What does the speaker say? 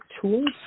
tools